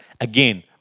Again